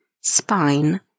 spine